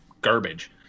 Garbage